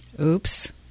Oops